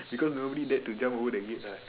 because nobody dared to jump over the gate right